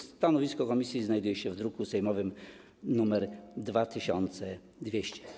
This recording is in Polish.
Stanowisko komisji znajduje się w druku sejmowym nr 2200.